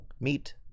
meet